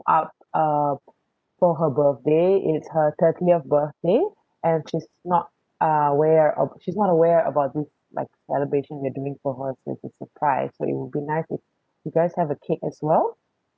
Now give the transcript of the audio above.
up uh for her birthday it's her thirtieth birthday and she's not aware of she's not aware about this like celebration we're doing for her since it's a surprise but it would be nice if you guys have a cake as well